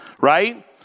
right